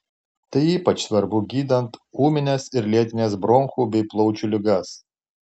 tai ypač svarbu gydant ūmines ir lėtines bronchų bei plaučių ligas